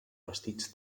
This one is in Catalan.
vestits